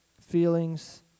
feelings